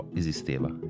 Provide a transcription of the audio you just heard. esisteva